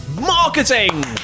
Marketing